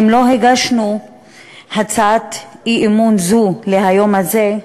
אם לא היינו מגישים הצעת אי-אמון זו ליום הזה,